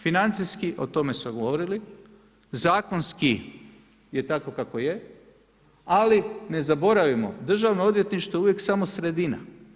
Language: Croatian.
Financijski o tome smo govorili, zakonski je tako kako je, ali ne zaboravimo, državno odvjetništvo je uvijek samo sredina.